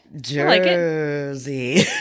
Jersey